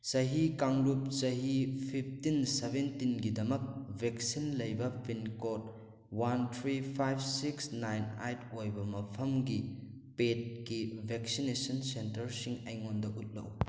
ꯆꯍꯤ ꯀꯥꯡꯂꯨꯞ ꯆꯍꯤ ꯐꯤꯐꯇꯤꯟ ꯁꯚꯦꯟꯇꯤꯟꯒꯤꯗꯃꯛ ꯚꯦꯛꯁꯤꯟ ꯂꯩꯕ pin code one three five six nine eight ꯑꯣꯏꯕ ꯃꯐꯝꯒꯤ ꯄꯦꯗꯀꯤ ꯚꯦꯛꯁꯤꯅꯦꯁꯟ ꯁꯦꯟꯇꯔꯁꯤꯡ ꯑꯩꯉꯣꯟꯗ ꯎꯠꯂꯛꯎ